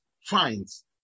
finds